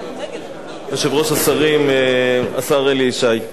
היושב-ראש, השרים, השר אלי ישי,